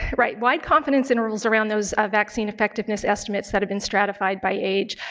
right. why confidence intervals around those vaccine effectiveness estimates that have been stratified by age,